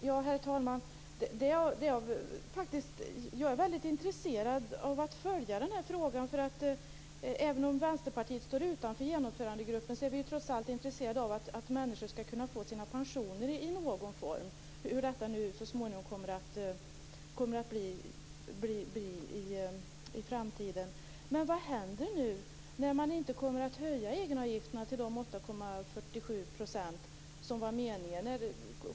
Herr talman! Jag är faktiskt väldigt intresserad av att följa denna fråga. Även om Vänsterpartiet står utanför genomförandegruppen är vi trots allt intresserade av att människor skall kunna få sina pensioner i någon form - hur detta nu så småningom kommer att bli i framtiden. Vad händer nu, när man inte kommer att höja egenavgifterna till de 8,47 % som var meningen?